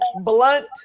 blunt